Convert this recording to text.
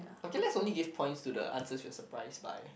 okay let's only give points to the answer you are surprised by